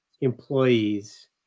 employees